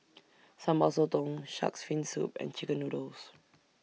Sambal Sotong Shark's Fin Soup and Chicken Noodles